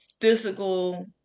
physical